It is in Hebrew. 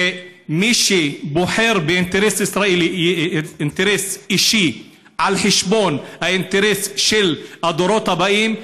ומי שבוחר באינטרס אישי על חשבון האינטרס של הדורות הבאים,